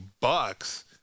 bucks